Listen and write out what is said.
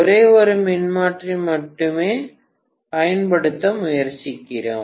ஒரே ஒரு மின்மாற்றி மட்டுமே பயன்படுத்த முயற்சிக்கிறேன்